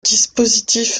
dispositif